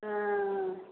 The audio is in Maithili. अँ